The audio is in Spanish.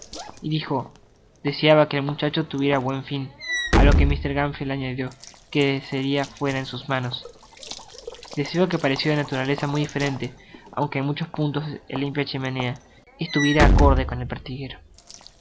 y dijo deseaba que el muchacho tuviera buen fin á lo que mr gamfield añadió que desearia fuera en sus manos deseo que pareció de naturaleza muy diferente aunque en muchos puntos el limpia chimeneas estuviera acorde con el pertiguero